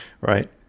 Right